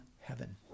heaven